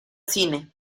cine